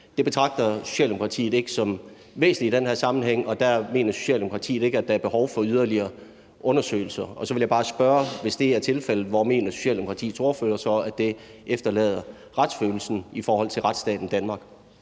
betragter Socialdemokratiet ikke som væsentligt i den her sammenhæng, og der mener Socialdemokratiet ikke, at der er behov for yderligere undersøgelser. Så vil jeg bare, hvis det er tilfældet, spørge: Hvor mener Socialdemokratiets ordfører så at det efterlader retsfølelsen i forhold til retsstaten Danmark?